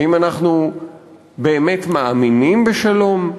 האם אנחנו באמת מאמינים בשלום?